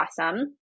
awesome